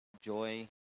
joy